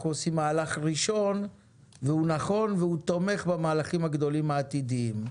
אנחנו עושים מהלך ראשון והוא נכון והוא תומך במהלכים הגדולים העתידיים.